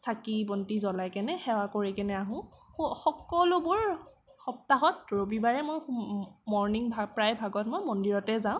চাকি বন্তি জ্বলাইকেনে সেৱা কৰিকেনে আহোঁ সকলোবোৰ সপ্তাহত ৰবিবাৰে মৰ্ণিং প্ৰায়ভাগত মই মন্দিৰতে যাওঁ